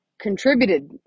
contributed